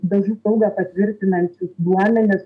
dažų saugą patvirtinančius duomenis